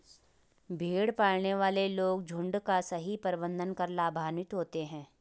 भेड़ पालने वाले लोग झुंड का सही प्रबंधन कर लाभान्वित होते हैं